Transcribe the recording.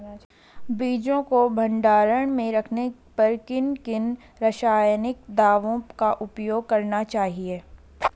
बीजों को भंडारण में रखने पर किन किन रासायनिक दावों का उपयोग करना चाहिए?